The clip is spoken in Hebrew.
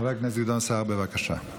חבר הכנסת גדעון סער, בבקשה.